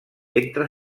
entre